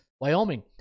Wyoming